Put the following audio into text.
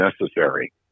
necessary